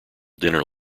dinner